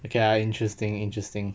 okay ah interesting interesting